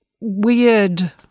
weird